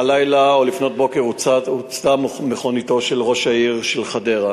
הלילה או לפנות בוקר הוצתה מכוניתו של ראש העיר של חדרה,